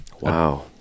Wow